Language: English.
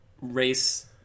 race